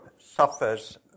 suffers